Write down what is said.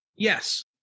Yes